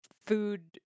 food